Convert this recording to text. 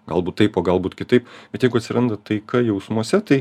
galbūt taip o galbūt kitaip bet jeigu atsiranda taika jausmuose tai